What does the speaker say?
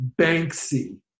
Banksy